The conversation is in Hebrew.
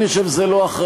אני חושב שזה לא אחראי,